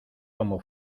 cómo